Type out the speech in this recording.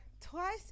twice